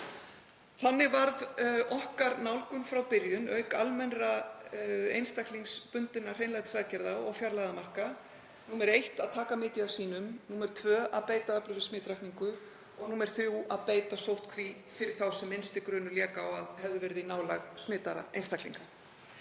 Þannig varð okkar nálgun frá byrjun, auk almennra einstaklingsbundinna hreinlætisaðgerða og fjarlægðarmarka, númer eitt að taka mikið af sýnum, númer tvö að beita öflugri smitrakningu og númer þrjú að beita sóttkví fyrir þá sem minnsti grunur lék á að hefðu verið í nálægð smitaðra einstaklinga.